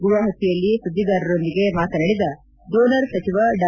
ಗುವಾಹಟಿಯಲ್ಲಿ ಸುದ್ದಿಗಾರರೊಂದಿಗೆ ಮಾತನಾಡಿದ ಡೋನರ್ ಸಚಿವ ಡಾ